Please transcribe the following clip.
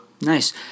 nice